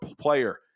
player